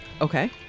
Okay